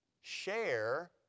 share